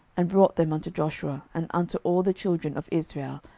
and brought them unto joshua, and unto all the children of israel,